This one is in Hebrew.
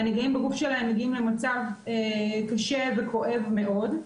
והנגעים בגוף שלהם מגיעים למצב קשה וכואב מאוד.